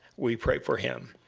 we pray for him.